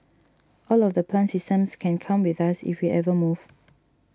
all of the plant systems can come with us if we ever move